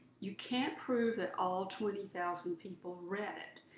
you can't prove that all twenty thousand people read it,